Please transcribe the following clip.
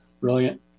Brilliant